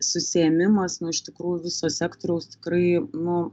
susiėmimas nu iš tikrųjų viso sektoriaus tikrai nu